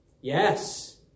Yes